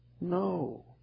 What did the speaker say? No